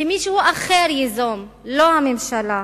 שמישהו אחר ייזום, לא הממשלה.